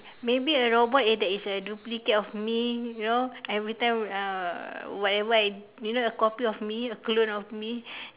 maybe a robot it that is a duplicate of me you know every time uh whatever I you know a copy of me a clone of me